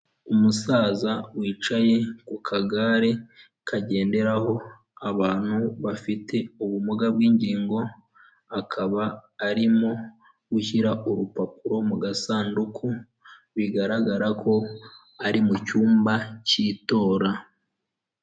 Umusaza wicaye ku kagare kagenderaho abantu bafite ubumuga bw'ingingo, akaba arimo gushyira urupapuro mu gasanduku, bigaragara ko ari mu cyumba cy'itora.